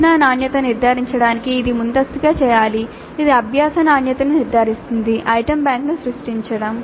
అంచనా నాణ్యతను నిర్ధారించడానికి ఇది ముందస్తుగా చేయాలి ఇది అభ్యాస నాణ్యతను నిర్ధారిస్తుంది ఐటెమ్ బ్యాంక్ను సృష్టించడం